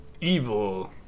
evil